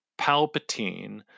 Palpatine